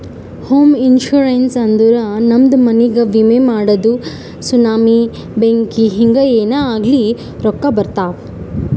ಹೋಮ ಇನ್ಸೂರೆನ್ಸ್ ಅಂದುರ್ ನಮ್ದು ಮನಿಗ್ಗ ವಿಮೆ ಮಾಡದು ಸುನಾಮಿ, ಬೆಂಕಿ ಹಿಂಗೆ ಏನೇ ಆಗ್ಲಿ ರೊಕ್ಕಾ ಬರ್ತಾವ್